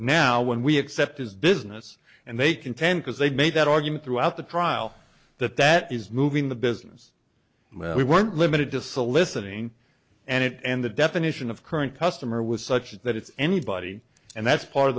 now when we accept his business and they contend because they've made that argument throughout the trial that that is moving the business and we weren't limited to soliciting and the definition of current customer was such that it's anybody and that's part of